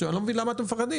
אני לא מבין למה אתם מפחדים,